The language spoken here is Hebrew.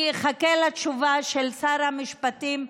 אני אחכה לתשובה של שר המשפטים.